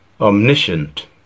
omniscient